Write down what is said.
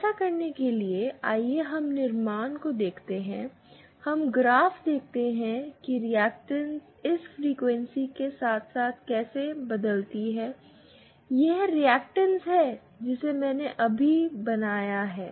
ऐसा करने के लिए आइए हम निर्माण को देखते हैं हम ग्राफ देखते हैं कि रिएक्टेंस इस फ्रीक्वेंसी के साथ कैसे बदलती है वह रिएक्टेंस है जिसे मैंने अभी बनाया है